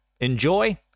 enjoy